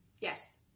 yes